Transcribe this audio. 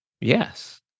Yes